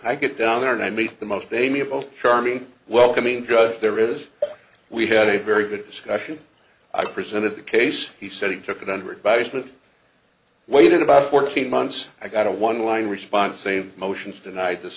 i get down there and i meet the most they mean both charming welcoming drug there is we had a very good discussion i presented the case he said he took it under advisement waited about fourteen months i got a one line response same motions denied this